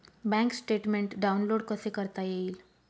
Bank statement download कसे करता येईल?